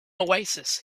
oasis